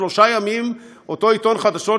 שלושה ימים אותו עיתון "חדשות",